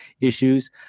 issues